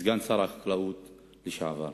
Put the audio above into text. וסגן שר החקלאות לשעבר,